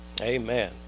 Amen